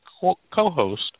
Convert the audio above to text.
co-host